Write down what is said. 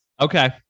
Okay